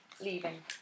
leaving